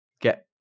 get